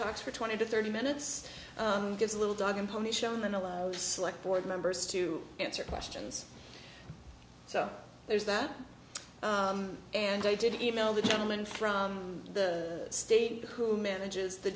talks for twenty to thirty minutes gives a little dog and pony show on the low select board members to answer questions so there's that and i did email the gentleman from the state who manages the